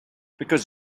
because